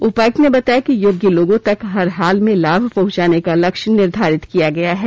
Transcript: उपायुक्त ने बताया कि योग्य लोगों तक हर हाल में लाभ पहुंचाने का लक्ष्य निर्धारित किया गया है